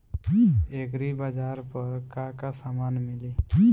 एग्रीबाजार पर का का समान मिली?